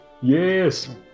Yes